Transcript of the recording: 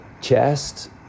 chest